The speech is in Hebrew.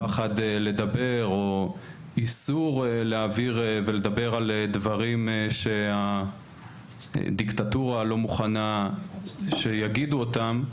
על פחד או איסור לדבר או להעביר דברים שהדיקטטורה לא מוכנה שיגידו אותם.